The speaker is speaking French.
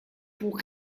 pour